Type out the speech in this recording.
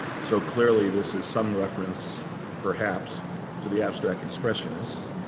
so clearly, this is some reference perhaps to the abstract expressionists.